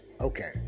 Okay